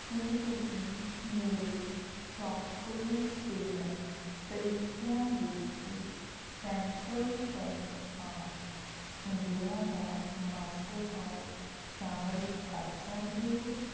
ਕੀ ਤੁਸੀਂਂ ਮੇਰੇ ShopClues payment ਤਰੀਕਿਆਂ ਵਿੱਚ ਸੈਂਟਰਲ ਬੈਂਕ ਆਫ ਇੰਡੀਆ ਦਾ ਮਾਸਟਰ ਕਾਰਡ ਸ਼ਾਮਲ ਕਰ ਸਕਦੇ ਹੋ